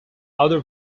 other